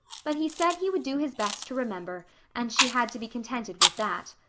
but he said he would do his best to remember and she had to be contented with that.